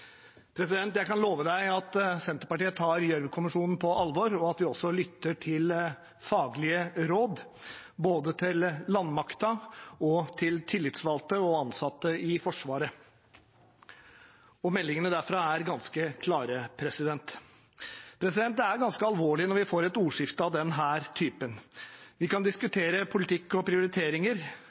Jeg kan love presidenten at Senterpartiet tar Gjørv-kommisjonen på alvor, og at vi også lytter til faglige råd, både til landmakten, tillitsvalgte og ansatte i Forsvaret. Meldingene derfra er ganske klare. Det er ganske alvorlig når vi får et ordskifte av denne typen. Vi kan diskutere politikk og prioriteringer,